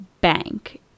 bank